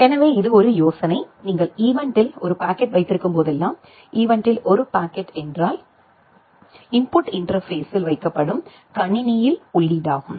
எனவே இது ஒரு யோசனை நீங்கள் ஈவெண்ட்டில் ஒரு பாக்கெட் வைத்திருக்கும் போதெல்லாம்ஈவெண்ட்டில் ஒரு பாக்கெட் என்றால்இன்புட் இன்டர்பேஸ்ஸில் வைக்கப்படும் கணினியில் உள்ளீடு ஆகும்